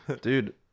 dude